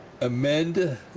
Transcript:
Amend